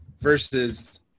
versus